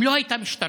אם לא הייתה משטרה?